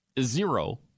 Zero